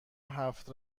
هفت